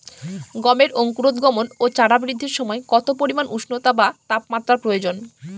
গমের অঙ্কুরোদগম ও চারা বৃদ্ধির সময় কত পরিমান উষ্ণতা বা তাপমাত্রা প্রয়োজন?